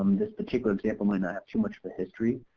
this particular example might not have too much of a history.